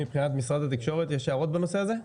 מבחינת משרד התקשורת, יש הערות בנושא הזה?